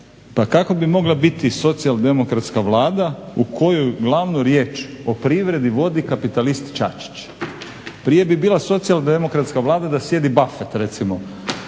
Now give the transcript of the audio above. Pa kako bi mogla biti socijaldemokratska vlada u kojoj glavnu riječ o privredi vodi kapitalist Čačić? Prije bi bila socijaldemokratska vlada da sjedi Buffett recimo